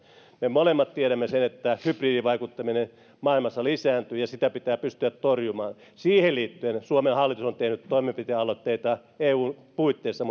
me molemmat tiedämme sen että hybridivaikuttaminen maailmassa lisääntyy ja sitä pitää pystyä torjumaan siihen liittyen suomen hallitus on tehnyt toimenpidealoitteita eun puitteissa